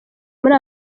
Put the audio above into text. muri